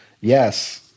yes